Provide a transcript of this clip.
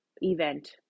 event